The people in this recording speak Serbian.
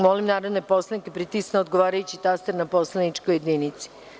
Molim narodne poslanike da pritisnu odgovarajući taster na poslaničkoj jedinici.